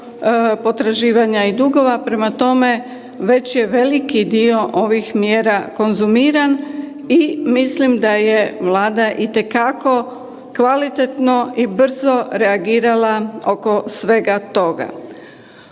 potraživanja i dugova, prema tome već je veliki dio ovih mjera konzumiran i mislim da je Vlada itekako kvalitetno i brzo reagirala oko svega toga.